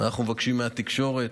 ואנחנו מבקשים מהתקשורת: